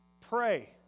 pray